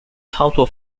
操作